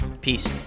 Peace